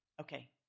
Okay